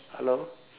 hello